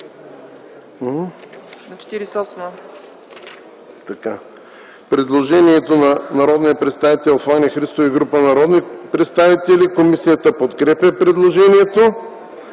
е постъпило предложение на народния представител Фани Христова и група народни представители. Комисията подкрепя предложението.